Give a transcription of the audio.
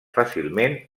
fàcilment